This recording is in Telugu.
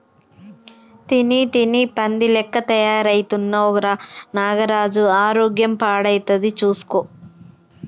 తిని తిని పంది లెక్క తయారైతున్నవ్ రా నాగరాజు ఆరోగ్యం పాడైతది చూస్కో